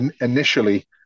initially